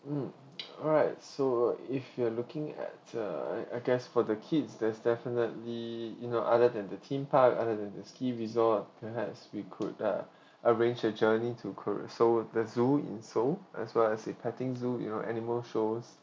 mm alright so if you're looking at uh I~ I guess for the kids there's definitely you know other than the theme park other than the ski resort perhaps we could uh arrange a journey to korea so the zoo in seoul as well as a petting zoo you know animal shows